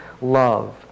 love